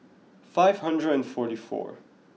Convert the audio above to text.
five hundred and forty four